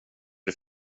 det